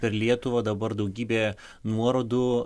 per lietuvą dabar daugybė nuorodų